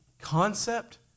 concept